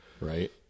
Right